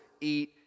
eat